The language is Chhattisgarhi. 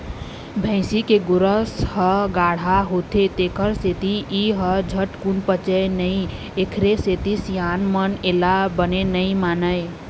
भइसी के गोरस ह गाड़हा होथे तेखर सेती ए ह झटकून पचय नई एखरे सेती सियान मन एला बने नइ मानय